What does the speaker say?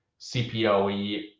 CPOE